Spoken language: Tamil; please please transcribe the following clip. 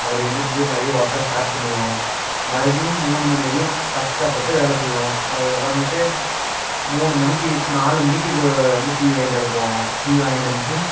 அப்புறம் எழுந்திரிச்சி போய் மறுபடியும் ஒர்க்கை ஸ்டார்ட் பண்ணிவிடுவோம் மறுபடியும் மூணு மணி வரையும் கஷ்டப்பட்டு வேலை செய்வோம் அதுக்கப்புறமேட்டு மூணு மணிக்கு நாலு மணிக்கு வ வந்து டீ வாங்கிட்டு வர போவோம் டீ வாங்கிட்டு வந்துவிட்டு